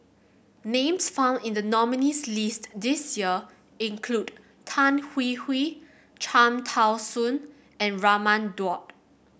names found in the nominees' list this year include Tan Hwee Hwee Cham Tao Soon and Raman Daud